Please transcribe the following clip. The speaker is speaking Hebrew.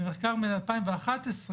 במחקר משנת 2011,